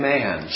Man